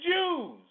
Jews